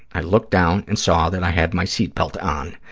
i looked down and saw that i had my seatbelt on.